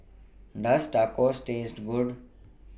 Does Tacos Taste Good